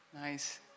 Nice